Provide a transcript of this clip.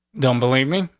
don't believe me.